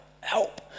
help